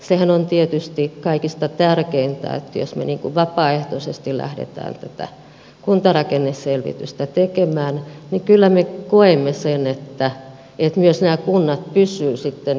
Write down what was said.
sehän on tietysti kaikista tärkeintä että jos me vapaaehtoisesti lähdemme tätä kuntarakenneselvitystä tekemään niin kyllä me koemme sen että nämä kunnat myös pysyvät sitten yhtenäisinä